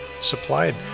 supplied